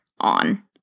on